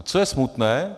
Co je smutné?